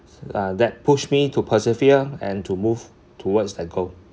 uh that push me to persevere and to move towards that goal